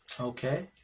Okay